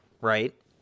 right